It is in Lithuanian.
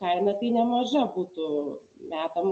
kaina tai nemaža būtų metam